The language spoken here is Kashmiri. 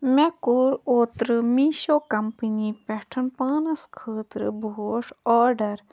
مےٚ کوٚر اوترٕ میٖشو کمپٔنی پٮ۪ٹھ پانَس خٲطرٕ بوٗٹھ آرڈر